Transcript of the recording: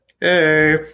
Hey